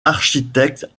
architecte